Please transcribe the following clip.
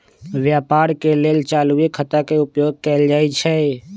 व्यापार के लेल चालूये खता के उपयोग कएल जाइ छइ